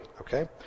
Okay